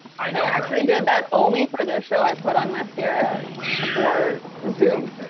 i you know actually did that only for this show. i put on mascara ah for zoom.